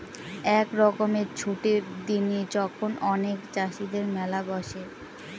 এক রকমের ছুটির দিনে যখন অনেক চাষীদের মেলা বসে